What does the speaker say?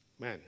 man